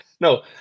No